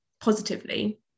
positively